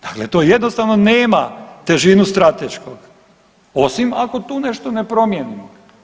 Dakle, to jednostavno nema težinu strateškog, osim ako tu nešto ne promijenimo.